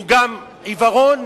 והוא גם עיוורון